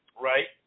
right